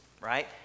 right